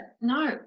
no